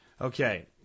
Okay